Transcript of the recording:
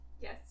yes